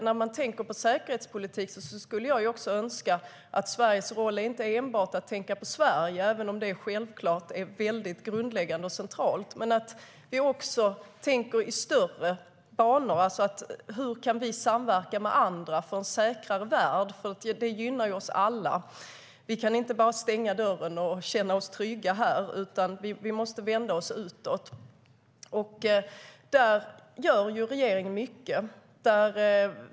När man tänker på säkerhetspolitik skulle jag önska att Sveriges roll inte enbart är att tänka på Sverige, även om det självklart är väldigt grundläggande och centralt. Jag önskar att vi också tänker i större banor. Hur kan vi samverka med andra för en säkrare värld? Det gynnar oss alla. Vi kan inte bara stänga dörren och känna oss trygga här, utan vi måste vända oss utåt. Där gör regeringen mycket.